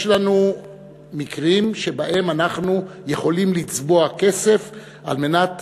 יש לנו מקרים שבהם אנחנו יכולים לצבוע כסף על מנת